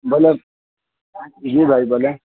بولیں جی بھائی بولیں